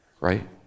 right